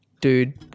dude